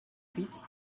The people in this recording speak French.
huit